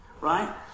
Right